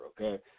okay